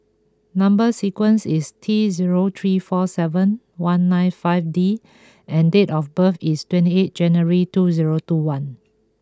number sequence is T zero three four seven one nine five D and date of birth is twenty eight January two zero two one